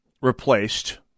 replaced